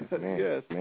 Yes